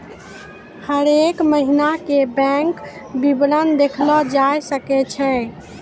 हरेक महिना के बैंक विबरण देखलो जाय सकै छै